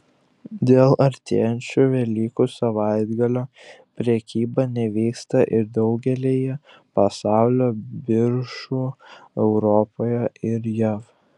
dėl artėjančio velykų savaitgalio prekyba nevyksta ir daugelyje pasaulio biržų europoje ir jav